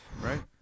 Right